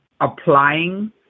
applying